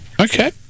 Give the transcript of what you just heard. okay